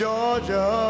Georgia